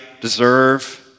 deserve